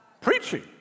Preaching